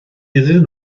iddyn